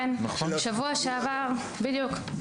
כן, בדיוק.